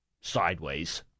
sideways